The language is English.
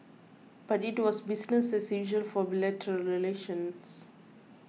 but it was business as usual for bilateral relations